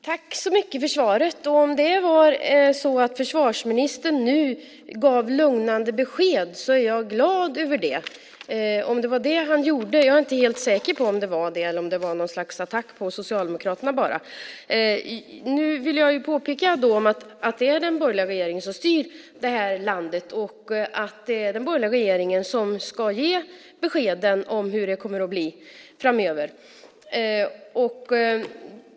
Fru talman! Först vill jag tacka så mycket för svaret. Om försvarsministern nu gav ett lugnande besked är jag glad. Jag är inte helt säker på om det var det han gjorde eller om det bara var fråga om ett slags attack på Socialdemokraterna. Jag vill peka på att det nu är den borgerliga regeringen som styr det här landet. Det är den borgerliga regeringen som ska ge besked om hur det blir framöver.